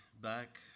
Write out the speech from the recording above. back